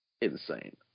insane